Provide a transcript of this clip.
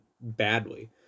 badly